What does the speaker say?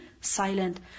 silent